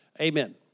Amen